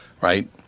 right